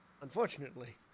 unfortunately